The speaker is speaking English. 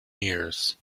years